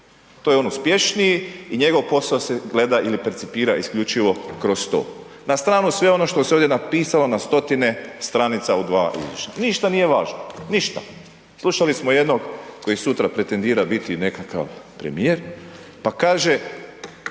to je on uspješniji i njegov posao se gleda ili percipira isključivo kroz to. Na stranu sve ono što se ovdje napisalo na stotine stranica u dva izvješća, ništa nije važno, ništa. Slušali smo jednog koji sutra pretendira biti nekakav premijer, pa kaže